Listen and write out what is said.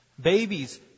Babies